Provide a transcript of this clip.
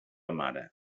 mare